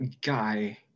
guy